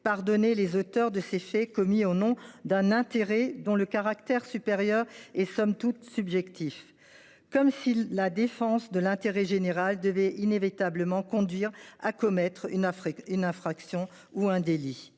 pardonner les auteurs de faits commis au nom d’un intérêt supérieur, dont l’appréciation est somme toute subjective – comme si la défense de l’intérêt général devait inévitablement conduire à commettre une infraction ou un délit.